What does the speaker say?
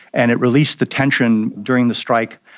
and it released the tension during the strike.